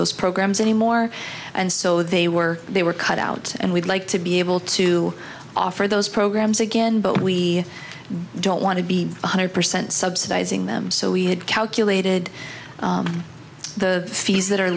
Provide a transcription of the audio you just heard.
those programs anymore and so they were they were cut out and we'd like to be able to offer those programs again but we don't want to be one hundred percent subsidizing them so we had calculated the fees that are